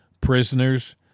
prisoners